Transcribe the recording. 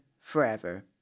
forever